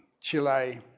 Chile